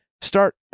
start